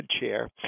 chair